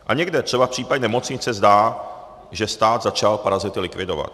A někde, třeba v případě nemocnic, se zdá, že stát začal parazity likvidovat.